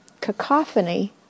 cacophony